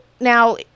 now